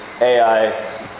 Ai